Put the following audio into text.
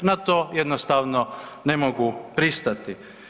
Na to jednostavno ne mogu pristati.